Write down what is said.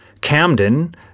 Camden